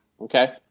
Okay